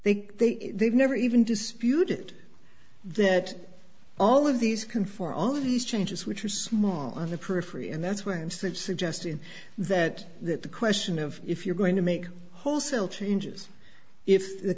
they they they've never even disputed that all of these can for all these changes which are small on the periphery and that's why i'm suggesting that that the question of if you're going to make wholesale changes if the